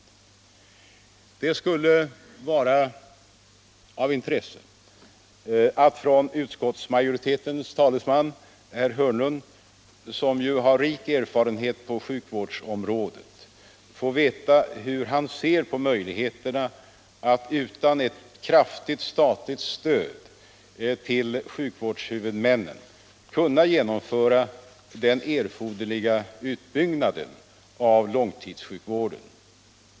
Det skulle vara av intresse att från utskottsmajoritetens talesman, herr Hörnlund, som ju har rik erfarenhet på sjukvårdsområdet, få veta hur han ser på möjligheterna att utan ett kraftigt statligt stöd till sjukvårdshuvudmännen kunna genomföra den erforderliga utbyggnaden av långtidssjukvården.